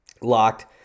locked